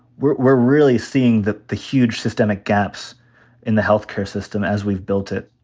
we're we're really seeing the the huge systemic gaps in the health care system, as we've built it.